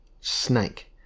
snake